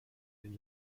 den